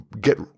get